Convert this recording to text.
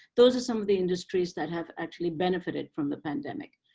those are some of the industries that have actually benefited from the pandemic.